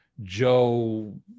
Joe